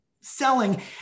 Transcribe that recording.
selling